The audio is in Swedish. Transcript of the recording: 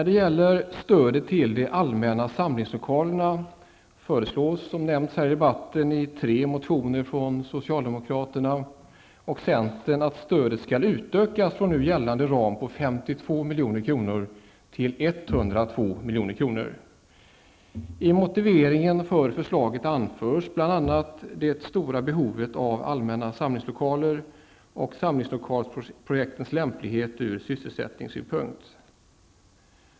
Vad gäller stödet till de allmänna samlingslokalerna föreslås, som nämnts i debatten, i tre motioner från socialdemokraterna och centern att stödet skall utökas från nu gällande ram på 52 I motiveringen för förslaget anförs bl.a. det stora behovet av allmänna samlingslokaler och samlingslokalsprojektens lämplighet ur sysselsättningssynpunkt.